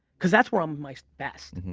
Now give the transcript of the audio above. cause that's where i'm my best.